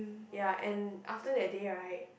ya and after that day right